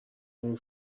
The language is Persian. اون